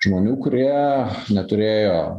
žmonių kurie neturėjo